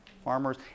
Farmers